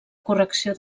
correcció